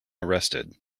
arrested